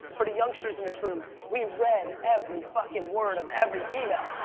for the youngsters in this room, we read every fucking word of every email.